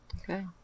Okay